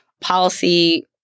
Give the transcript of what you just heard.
policy